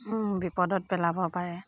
বিপদত পেলাব পাৰে